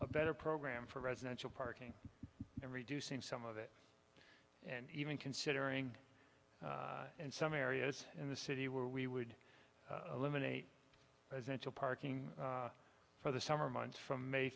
a better program for residential parking and reducing some of it and even considering in some areas in the city where we would eliminate presidential parking for the summer months from may